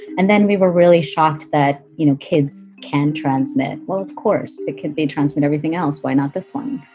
and then we were really shocked that you know kids can transmit. well, of course it can be transmit everything else why not this one